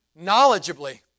knowledgeably